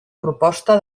proposta